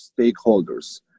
stakeholders